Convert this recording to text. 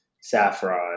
saffron